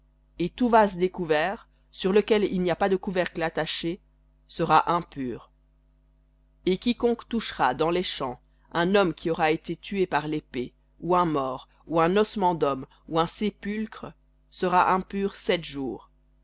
et tout vase découvert sur lequel il n'y a pas de couvercle attaché sera impur et quiconque touchera dans les champs qui aura été tué par l'épée ou un mort ou un ossement d'homme ou un sépulcre sera impur sept jours